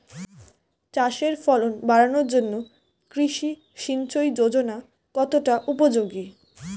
চাষের ফলন বাড়ানোর জন্য কৃষি সিঞ্চয়ী যোজনা কতটা উপযোগী?